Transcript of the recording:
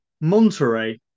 Monterey